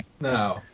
no